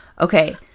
Okay